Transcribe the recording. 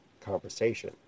conversation